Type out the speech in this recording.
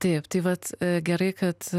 taip tai vat gerai kad